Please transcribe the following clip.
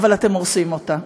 אבל אתם הורסים אותה.